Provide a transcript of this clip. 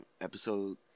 episode